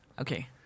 Okay